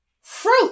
Fruit